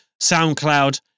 SoundCloud